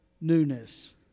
newness